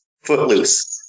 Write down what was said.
Footloose